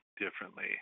differently